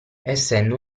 essendo